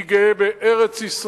אני גאה בארץ-ישראל.